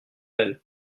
elles